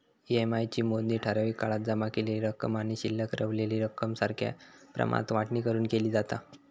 EMI ची मोजणी ठराविक काळात जमा केलेली रक्कम आणि शिल्लक रवलेली रक्कम सारख्या प्रमाणात वाटणी करून केली जाता